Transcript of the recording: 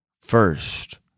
first